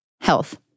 Health